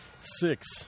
six